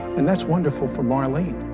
and that's wonderful for marlene,